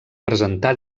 presentar